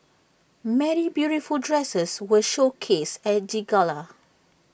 many beautiful dresses were showcased at the gala